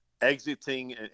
exiting